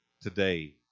today